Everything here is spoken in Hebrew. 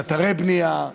אתרי בנייה.